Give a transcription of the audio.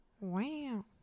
wow